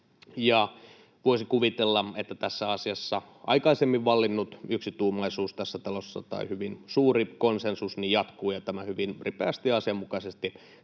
Voisi kuvitella, että tässä asiassa tässä talossa aikaisemmin vallinnut yksituumaisuus tai hyvin suuri konsensus jatkuu ja tämä hyvin ripeästi ja asianmukaisesti